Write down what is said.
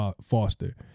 foster